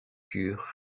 cure